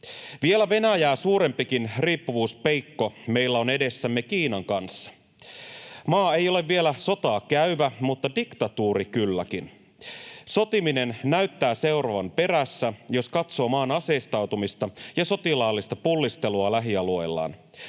Vielä Venäjää suurempikin riippuvuuspeikko meillä on edessämme Kiinan kanssa. Maa ei ole vielä sotaa käyvä mutta diktatuuri kylläkin. Sotiminen näyttää seuraavan perässä, jos katsoo maan aseistautumista ja sotilaallista pullistelua lähialueillaan.